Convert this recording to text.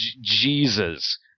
Jesus